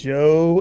Joe